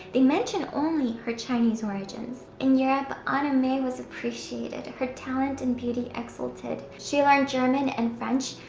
they mention only her chinese origins. in europe anna may was appreciated. her talent and beauty exulted. she learned german and french,